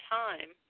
time